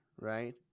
right